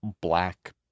black